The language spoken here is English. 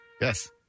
Yes